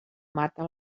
mata